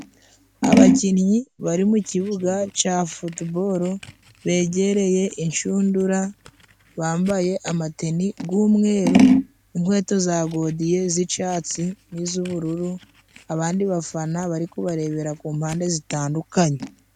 Abakinnyi bari mu kibuga ca Futuboro begereye inshundura. Bambaye amateni g'umweru, inkweto za godiye z'icatsi n'iz'ubururu. Abandi bafana bari kubarebera ku mpande zitandukanye.